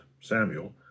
Samuel